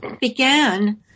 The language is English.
began